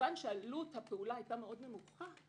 כיוון שעלות הפעולה היתה מאוד נמוכה,